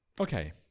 Okay